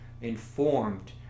informed